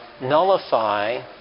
nullify